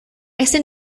ese